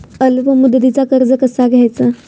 अल्प मुदतीचा कर्ज कसा घ्यायचा?